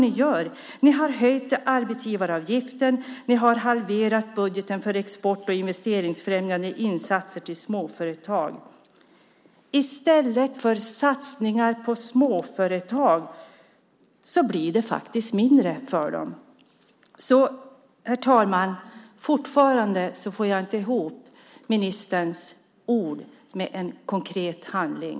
Ni har höjt arbetsgivaravgiften, och ni har halverat budgeten för export och investeringsfrämjande insatser till småföretag. I stället för satsningar på småföretag blir det faktiskt mindre för dem. Herr talman! Jag får fortfarande inte ihop ministerns ord med konkret handling.